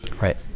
Right